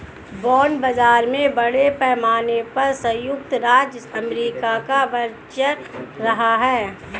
bond बाजार में बड़े पैमाने पर सयुक्त राज्य अमेरिका का वर्चस्व रहा है